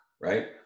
right